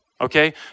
okay